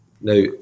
now